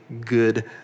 good